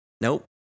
Nope